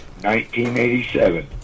1987